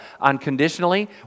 unconditionally